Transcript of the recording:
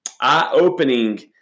eye-opening